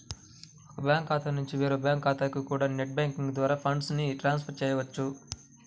ఒక బ్యాంకు ఖాతా నుంచి వేరే బ్యాంకు ఖాతాకి కూడా నెట్ బ్యాంకింగ్ ద్వారా ఫండ్స్ ని ట్రాన్స్ ఫర్ చెయ్యొచ్చు